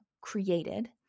created